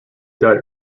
died